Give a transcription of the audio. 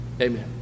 amen